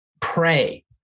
pray